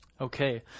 Okay